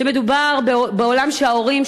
מדובר בעולם שבו ההורים,